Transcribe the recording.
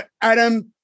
Adam